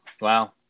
Wow